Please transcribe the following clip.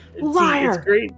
Liar